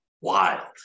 wild